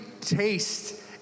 taste